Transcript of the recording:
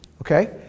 Okay